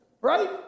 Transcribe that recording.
Right